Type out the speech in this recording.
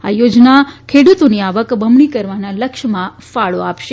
આ યોજના ખેડુતોની આવક બમણી કરવાના લક્ષ્યમાં ફાળો અપાશે